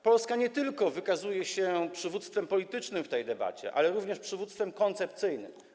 Polska nie tylko wykazuje się przywództwem politycznym w tej debacie, ale również przywództwem koncepcyjnym.